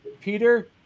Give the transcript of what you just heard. Peter